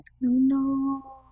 No